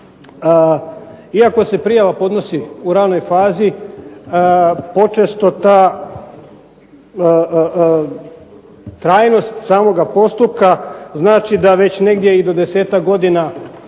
Iako se prijava podnosi u ranoj fazi počesto ta trajnost samoga postupka znači da već negdje i do desetak godina